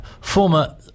former